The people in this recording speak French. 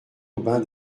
aubin